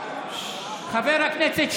חבר הכנסת שטייניץ,